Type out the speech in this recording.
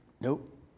Nope